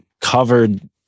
covered